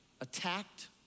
attacked